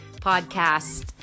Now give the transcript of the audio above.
podcast